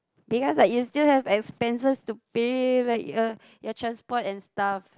because like you still have expenses to pay like uh your transport and stuff